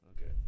Okay